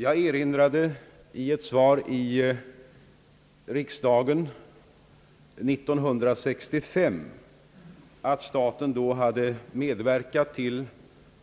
Jag erinrade i ett svar i riksdagen 1965 att staten då hade medverkat till